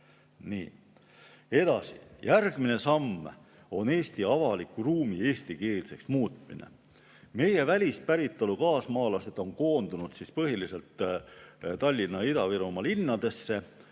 edasi. Järgmine samm on Eesti avaliku ruumi eestikeelseks muutmine. Meie välispäritolu kaasmaalased on koondunud põhiliselt Tallinna ja Ida-Virumaa linnadesse.